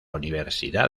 universidad